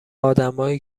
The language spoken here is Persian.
آدمایی